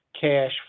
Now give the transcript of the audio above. Cash